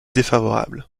défavorable